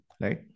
right